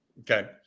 Okay